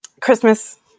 Christmas